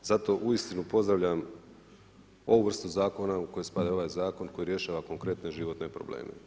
Zato uistinu, pozdravljam ovu vrstu zakona u koji spada i ovaj zakon, koji rješava konkretne životne probleme.